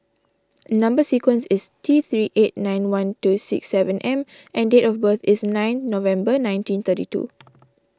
Number Sequence is T three eight nine one two six seven M and date of birth is ninth November nineteen thirty two